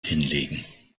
hinlegen